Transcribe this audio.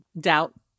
doubt